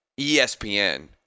ESPN